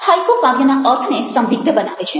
haiku કાવ્યના અર્થને સંદિગ્ધ બનાવે છે